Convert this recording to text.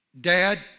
Dad